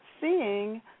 seeing